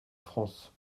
france